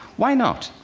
why not?